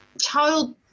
child